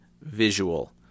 visual